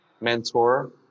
mentor